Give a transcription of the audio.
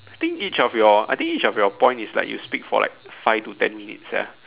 I think each of your I think each of your point is like you speak for like five to ten minutes sia